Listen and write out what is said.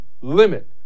limit